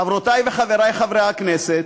חברותי וחברי חברי הכנסת,